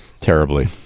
terribly